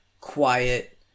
quiet